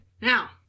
Now